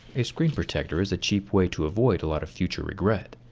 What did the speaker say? a screen protector is a cheap way to avoid a lot of future regret.